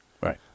right